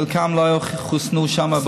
חלקם לא חוסנו שם, בחוץ לארץ.